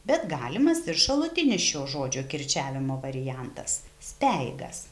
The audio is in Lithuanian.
bet galimas ir šalutinis šio žodžio kirčiavimo variantas speigas